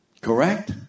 Correct